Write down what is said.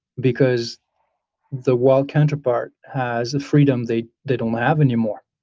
because the wild counterpart has the freedom they they don't have anymore